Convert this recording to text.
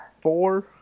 Four